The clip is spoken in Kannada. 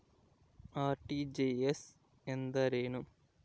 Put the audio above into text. ಆರ್.ಟಿ.ಜಿ.ಎಸ್ ಎಂದರೇನು?